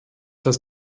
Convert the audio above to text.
das